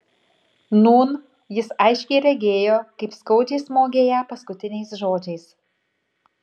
nūn jis aiškiai regėjo kaip skaudžiai smogė ją paskutiniais žodžiais